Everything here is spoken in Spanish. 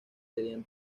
serían